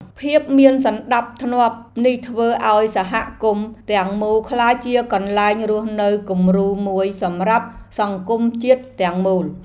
ភាពមានសណ្តាប់ធ្នាប់នេះធ្វើឱ្យសហគមន៍ទាំងមូលក្លាយជាកន្លែងរស់នៅគំរូមួយសម្រាប់សង្គមជាតិទាំងមូល។